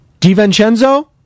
DiVincenzo